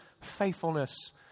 faithfulness